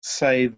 say